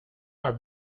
are